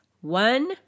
One